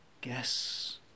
guess